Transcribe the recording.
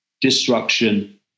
destruction